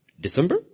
December